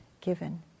given